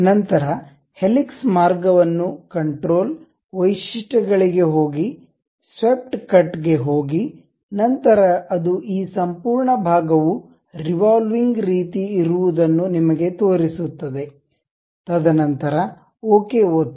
ನಂತರ ಹೆಲಿಕ್ಸ್ ಮಾರ್ಗವನ್ನು ಕಂಟ್ರೋಲ್ ವೈಶಿಷ್ಟ್ಯಗಳಿಗೆ ಹೋಗಿ ಸ್ವೇಪ್ಟ್ ಕಟ್ ಗೆ ಹೋಗಿ ನಂತರ ಅದು ಈ ಸಂಪೂರ್ಣ ಭಾಗವು ರಿವೊಲ್ವಿಂಗ್ ರೀತಿ ಇರುವದನ್ನು ನಿಮಗೆ ತೋರಿಸುತ್ತದೆ ತದನಂತರ ಓಕೆ ಒತ್ತಿ